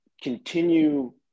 continue